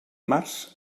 març